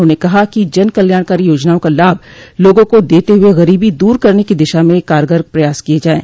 उन्होंने कहा कि जन कल्याणकारी योजनाओं का लाभ लोगों को देते हुए गरीबी दूर करने की दिशा में कारगर प्रयास किये जाये